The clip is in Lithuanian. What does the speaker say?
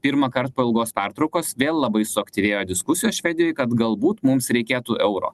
pirmąkart po ilgos pertraukos vėl labai suaktyvėjo diskusijos švedijoj kad galbūt mums reikėtų euro